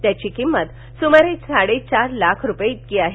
त्याची किंमत सुमारे साडेचार लाख रुपये इतकी आहे